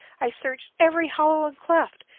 i searched every hollow and cleft.